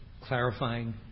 clarifying